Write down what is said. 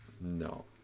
No